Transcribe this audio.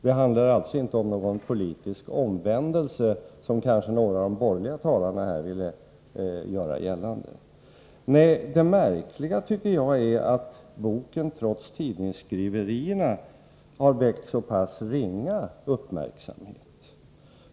Det handlar alltså inte om någon politisk omvändelse, som kanske några av de borgerliga talarna vill göra gällande. Nej, det märkliga tycker jag är att boken, trots tidningsskriverierna, har väckt en sådan ringa uppmärksamhet.